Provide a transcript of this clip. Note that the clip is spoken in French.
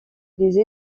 des